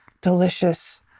delicious